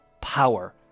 power